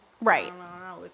Right